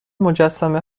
مجسمه